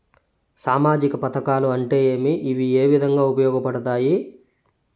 సామాజిక పథకాలు అంటే ఏమి? ఇవి ఏ విధంగా ఉపయోగపడతాయి పడతాయి?